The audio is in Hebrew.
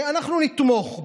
נכון.